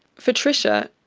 for tricia,